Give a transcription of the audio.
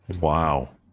Wow